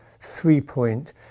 three-point